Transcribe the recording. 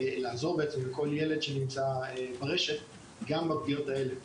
לכל ילד שנמצא ברשת גם בפניות האלה.